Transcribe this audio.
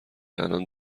الان